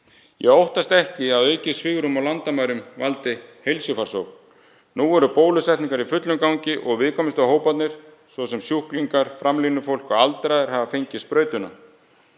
Ég óttast ekki að aukið svigrúm á landamærum valdi heilsufarsógn. Nú eru bólusetningar í fullum gangi og viðkvæmustu hóparnir, svo sem sjúklingar, framlínufólk og aldraðir, hafa fengið sprautuna,